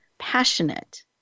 passionate